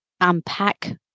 unpack